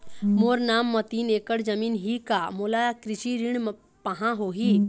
मोर नाम म तीन एकड़ जमीन ही का मोला कृषि ऋण पाहां होही?